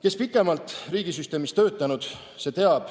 Kes pikemalt riigisüsteemis töötanud, see teab,